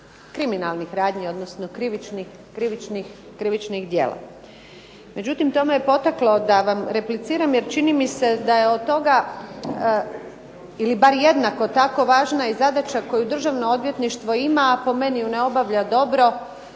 kriminalnih radnji, odnosno krivičnih djela. Međutim, to me je potaklo da vam repliciram jer čini mi se da je od toga ili bar jednako tako važna i zadaća koju Državno odvjetništvo ima, a po meni ju ne obavlja dobro